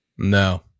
No